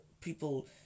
people